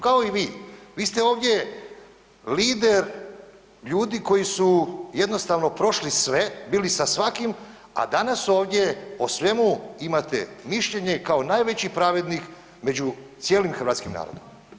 Kao i vi, vi ste ovdje lider ljudi koji su jednostavno prošli sve, bili sa svakim, a danas ovdje o svemu imate mišljenje kao najveći pravednik među cijelim hrvatskim narodom.